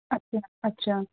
ਅੱਛਾ ਅੱਛਾ